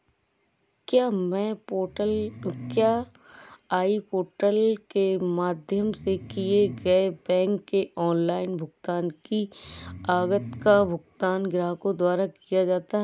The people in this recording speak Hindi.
क्या ई पोर्टल के माध्यम से किए गए बैंक के ऑनलाइन भुगतान की लागत का भुगतान ग्राहकों द्वारा किया जाता है?